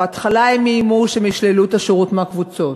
בהתחלה הם איימו שהם ישללו את השירות מהקבוצות.